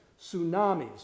tsunamis